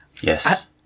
Yes